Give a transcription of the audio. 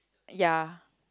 ya